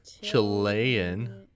Chilean